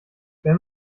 wenn